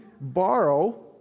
borrow